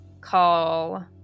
call